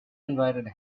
invited